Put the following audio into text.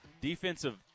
defensive